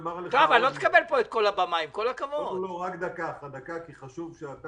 רק דוגמה אחת שבה